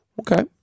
Okay